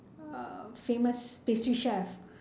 uh famous pastry chef